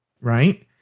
Right